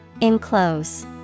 Enclose